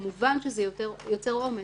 כמובן, זה יוצר עומס.